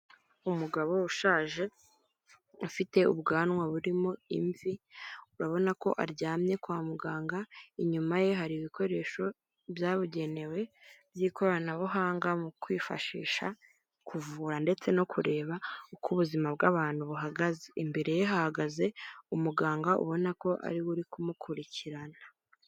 Umugabo ushaje ufite ubwanwa burimo imvi urabona ko aryamye kwa muganga inyuma ye hari ibikoresho byabugenewe by'ikoranabuhanga mukwifashisha kuvura ndetse no kureba uko ubuzima bw'abantu buhagaze imbere ye hahagaze umuganga ubona ko ari buri kumukurikirana.